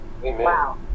Wow